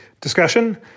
discussion